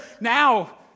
now